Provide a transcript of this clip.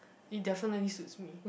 it definitely suits me